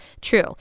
true